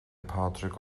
pádraic